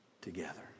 together